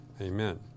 Amen